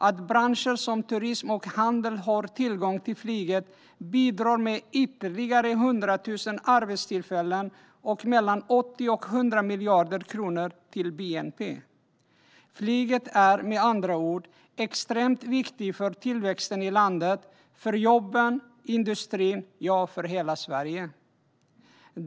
Att branscher som turism och handel har tillgång till flyget bidrar med ytterligare 100 000 arbetstillfällen och mellan 80 och 100 miljarder kronor till bnp. Flyget är med andra ord extremt viktigt för tillväxten i landet, för jobben, för industrin - ja, för hela Sverige.